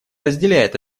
разделяет